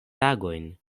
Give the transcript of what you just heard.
tagojn